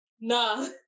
Nah